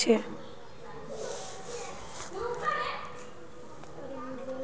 दख निरंजन खेत स प्याज तोड़े आनवा छै